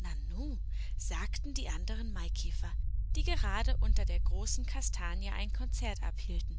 nanu sagten die anderen maikäfer die gerade unter der großen kastanie ein konzert abhielten